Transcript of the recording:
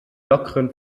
lockeren